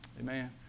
Amen